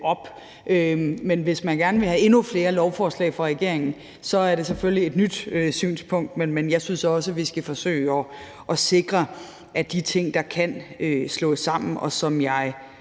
op. Men hvis man gerne vil have endnu flere lovforslag fra regeringen, er det selvfølgelig et nyt synspunkt. Men jeg synes også, at der i forhold til de ting, der kan slås sammen, og som jeg